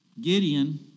Gideon